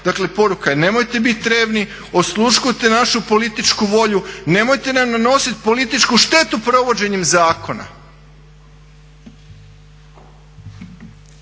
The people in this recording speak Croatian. dakle poruka je nemojte bit revni, osluškujte našu političku volju, nemojte nam nanosit političku štetu provođenjem zakona.